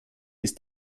ist